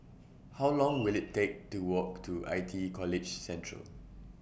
How Long Will IT Take to Walk to I T E College Central